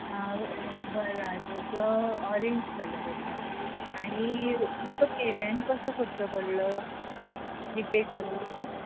हांव घराचो orange colour आसा आनी तुमका पेमँट कसो करचो पडलो जी पे करूं